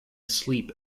asleep